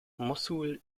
mossul